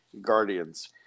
Guardians